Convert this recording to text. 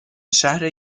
شهر